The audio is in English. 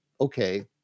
Okay